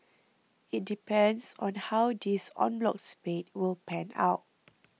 it depends on how this en bloc spate will pan out